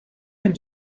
and